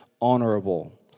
honorable